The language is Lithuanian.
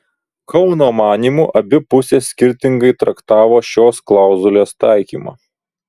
kauno manymu abi pusės skirtingai traktavo šios klauzulės taikymą